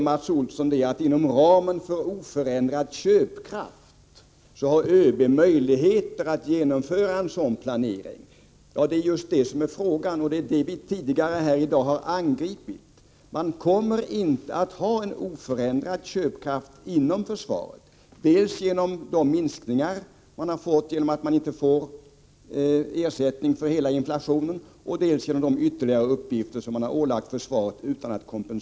Mats Olsson säger att ÖB inom ramen för oförändrad köpkraft har möjligheter att genomföra en sådan planering. Det är just detta som är frågan och som vi tidigare i dag har angripit. Man kommer inte att ha en oförändrad köpkraft inom försvaret. Dels har man gjort minskningar genom att försvaret inte får ersättning för hela inflationen, dels har man ålagt försvaret nya uppgifter utan att kompensera med ytterligare medel.